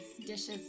dishes